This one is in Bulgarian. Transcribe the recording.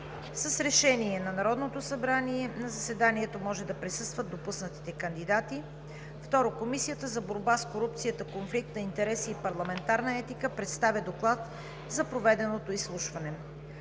С Решение на Народното събрание на заседанието може да присъстват допуснатите кандидати. 2. Комисията за борба с корупцията, конфликт на интереси и парламентарна етика представя доклад за проведеното изслушване.